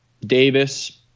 Davis